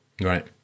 right